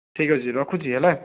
ଠିକ ଅଛି ରଖୁଛି ହେଲା